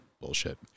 bullshit